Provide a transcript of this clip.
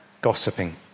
gossiping